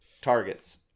targets